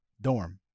dorm